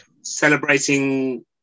celebrating